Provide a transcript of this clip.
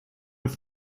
have